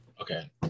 Okay